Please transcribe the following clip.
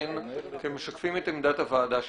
קורן כמשקפים את עמדת הוועדה שלנו.